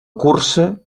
cursa